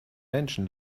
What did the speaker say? menschen